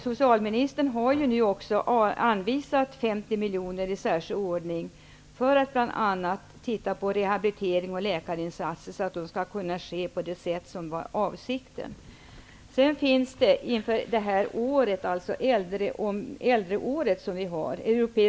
Socialministern har i särskild ordning anvisat 50 miljoner för att rehabilitering och läkarinsatser skall kunna ske på det sätt som var avsikten.